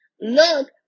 Look